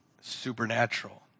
supernatural